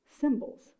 symbols